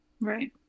right